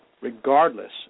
regardless